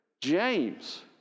James